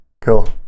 Cool